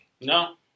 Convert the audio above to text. No